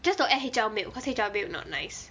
just don't add H_L milk cause milk not nice